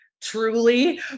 truly